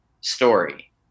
story